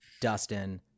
Dustin